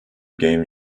game